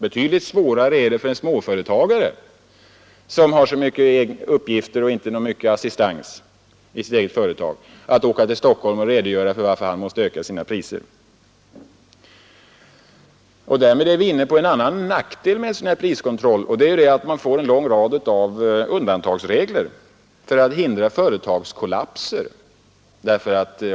Betydligt svårare är det för småföretagare, som har så många uppgifter — och inte mycket assistans i sina egna företag — att resa till Stockholm och redogöra för varför de måste öka sin priser. Därmed är vi inne på en annan nackdel med priskontroll: man får en lång rad undantagsregler för att hindra företagskollapser.